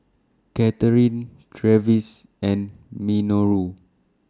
Katherin Travis and Minoru